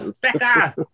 Becca